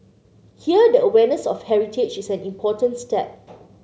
here the awareness of heritage is an important step